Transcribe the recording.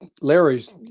Larry's